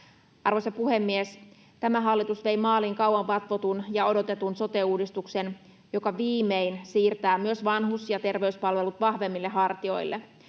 Arvoisa puhemies! Tämä hallitus vei maaliin kauan vatvotun ja odotetun sote-uudistuksen, joka viimein siirtää myös vanhus‑ ja terveyspalvelut vahvemmille hartioille.